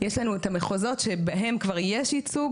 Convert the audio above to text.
יש לנו את המחוזות שבהם כבר יש ייצוג.